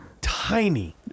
tiny